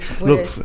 look